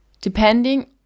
Depending